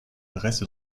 reste